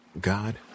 God